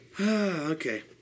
Okay